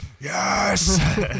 Yes